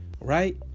right